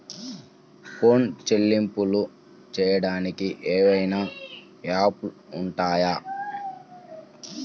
Phone చెల్లింపులు చెయ్యటానికి ఏవైనా యాప్లు ఉన్నాయా?